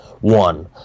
One